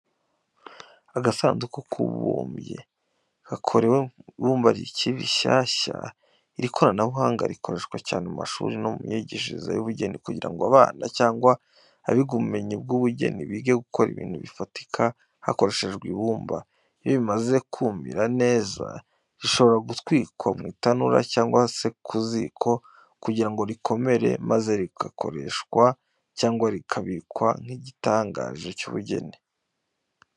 Agasanduku k’ububumbyi, gakorewe mu ibumba rikiri rishyashya. Iri koranabuhanga rikoreshwa cyane mu mashuri no mu myigishirize y’ubugeni kugira ngo abana cyangwa abiga ubumenyi bw’ubugeni bige gukora ibintu bifatika bakoresheje ibumba. Iyo bimaze kumira neza, rishobora gutwikwa mu itanura, cyangwa ku ziko kugira ngo rikomere, maze rigakoreshwa cyangwa rikabikwa nk’igitangaje cy’ubugeni.